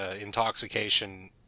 intoxication